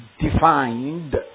defined